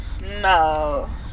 No